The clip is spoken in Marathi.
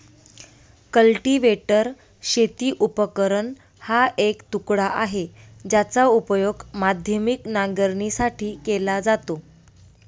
कल्टीवेटर शेती उपकरण हा एक तुकडा आहे, ज्याचा उपयोग माध्यमिक नांगरणीसाठी केला जातो